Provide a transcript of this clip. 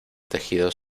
tejidos